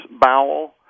bowel